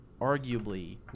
arguably